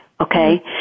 Okay